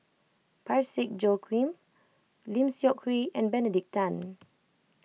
Parsick Joaquim Lim Seok Hui and Benedict Tan